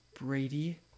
Brady